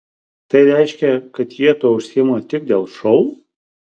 tai reiškia kad jie tuo užsiima tik dėl šou